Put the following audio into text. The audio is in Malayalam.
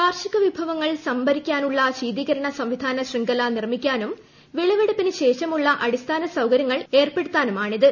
കാർഷിക വിഭവങ്ങൾ സംഭരിക്കാനുള്ള ശീതികരണ സംവിധാകൃഷ്ട്ർഖ്ല നിർമ്മിക്കാനും വിളവെടുപ്പിന് ശേഷമുള്ള അടിസ്ഥാന്റിസ് ഇകര്യങ്ങൾ ഏർപ്പെടുത്താനുമാണിത്